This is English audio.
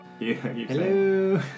Hello